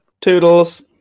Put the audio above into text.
Toodles